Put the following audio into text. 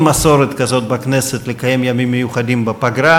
אין מסורת כזאת בכנסת לקיים ימים מיוחדים בפגרה.